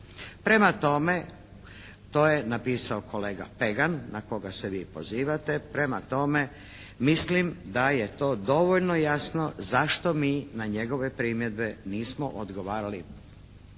Prema tome to je napisao kolega Pegan na koga se vi pozivate. Prema tome mislim da je to dovoljno jasno zašto mi na njegove primjedbe nismo odgovarali.